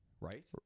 right